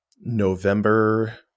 November